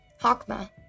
Hakma